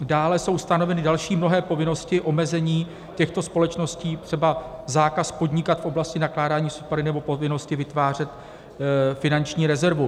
Dále jsou stanoveny další mnohé povinnosti, omezení těchto společností, třeba zákaz podnikat v oblasti nakládání s odpady nebo povinnosti vytvářet finanční rezervu.